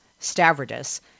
Stavridis